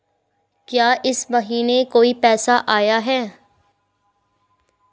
क्या इस महीने कोई पैसा आया है?